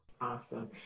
awesome